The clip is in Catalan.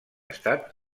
estat